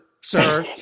sir